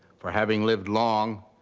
for having lived long,